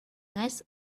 nice